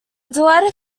delighted